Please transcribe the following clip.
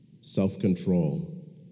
self-control